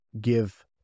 give